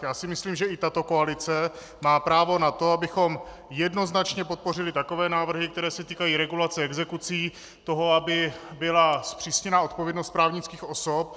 Já si myslím, že i tato koalice má právo na to, abychom jednoznačně podpořili takové návrhy, které se týkají regulace exekucí, toho, aby byla zpřísněna odpovědnost právnických osob.